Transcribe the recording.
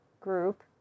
group